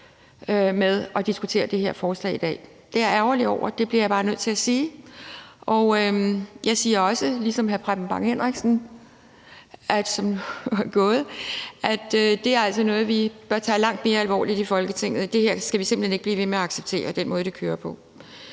med at diskutere det her forslag i dag. Det er jeg ærgerlig over. Det bliver jeg bare nødt til at sige. Og jeg siger også – ligesom hr. Preben Bang Henriksen, som nu er gået – at det altså er noget, vi bør tage langt mere alvorligt i Folketinget. Vi skal ikke blive ved med at acceptere den måde, det kører på.